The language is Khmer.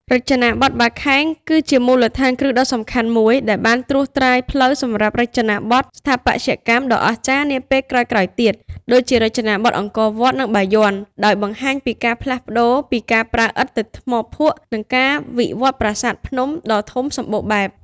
រចនាបថបាខែង គឺជាមូលដ្ឋានគ្រឹះដ៏សំខាន់មួយ ដែលបានត្រួសត្រាយផ្លូវសម្រាប់រចនាបថស្ថាបត្យកម្មដ៏អស្ចារ្យនាពេលក្រោយៗទៀត ដូចជារចនាបថអង្គរវត្ត និងបាយ័ន ដោយបង្ហាញពីការផ្លាស់ប្តូរពីការប្រើឥដ្ឋទៅថ្មភក់ និងការអភិវឌ្ឍប្រាសាទភ្នំដ៏ធំសម្បូរបែប។